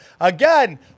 Again